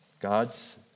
God's